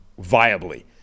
viably